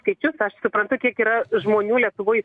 skaičius aš suprantu kiek yra žmonių lietuvoj